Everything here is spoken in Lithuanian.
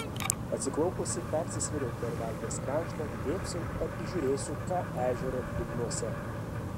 atsiklaupusi persisvėriau per valties kraštą dėbsau ar įžiūrėsiu ką ežero dugnuose